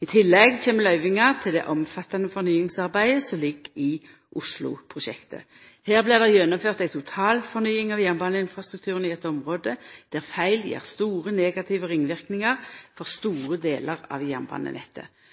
I tillegg kjem løyvingar til det omfattande fornyingsarbeidet som ligg i Osloprosjektet. Her blir det gjennomført ei totalfornying av jernbaneinfrastrukturen i eit område der feil gjev store negative ringverknader for store delar av jernbanenettet.